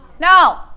No